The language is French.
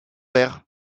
vert